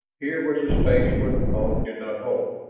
here was a space where the fog did not hold,